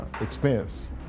expense